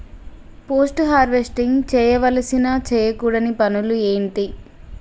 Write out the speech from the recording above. Post harvesting చేయవలసిన చేయకూడని పనులు ఏంటి?